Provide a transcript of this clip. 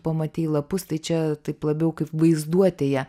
pamatei lapus tai čia taip labiau kaip vaizduotėje